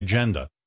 agenda